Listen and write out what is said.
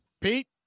Pete